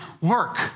work